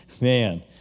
Man